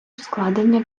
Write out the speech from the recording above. складення